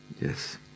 Yes